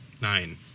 nine